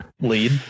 lead